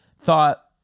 thought